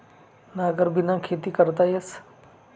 नांगरबिना खेती करता येस